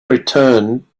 return